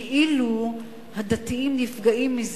כאילו הדתיים נפגעים מזה,